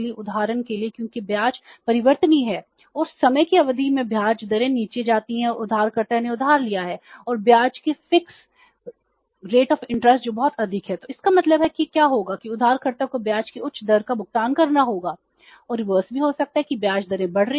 उदाहरण के लिए क्योंकि ब्याज परिवर्तनीय है और समय की अवधि में ब्याज दरें नीचे जाती हैं और उधारकर्ता ने उधार लिया है और ब्याज की फिक्स दरभी हो सकता है कि ब्याज दरें बढ़ रही हैं